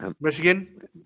Michigan